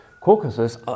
Caucasus